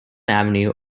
avenue